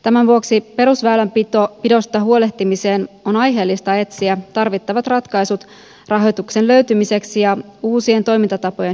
tämän vuoksi perusväylänpidosta huolehtimiseen on aiheellista etsiä tarvittavat ratkaisut rahoituksen löytymiseksi ja uusien toimintatapojen hyödyntämiseksi